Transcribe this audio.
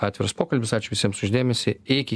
atviras pokalbis ačiū visiems už dėmesį iki